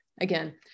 again